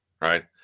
right